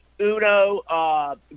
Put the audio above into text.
Uno